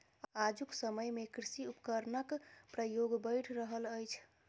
आजुक समय मे कृषि उपकरणक प्रयोग बढ़ि रहल अछि